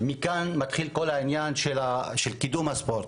מכאן מתחיל כל עניין קידום הספורט.